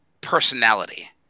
personality